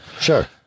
sure